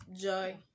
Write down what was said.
Joy